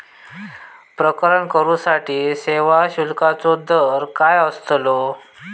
प्रकरण करूसाठी सेवा शुल्काचो दर काय अस्तलो?